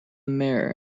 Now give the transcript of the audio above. mayor